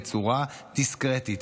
בצורה דיסקרטית.